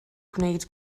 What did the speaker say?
gwneud